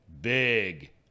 Big